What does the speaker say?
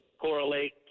correlate